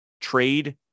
trade